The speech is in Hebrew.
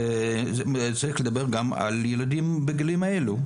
צריך לדבר גם על ילדים בגילים אלה.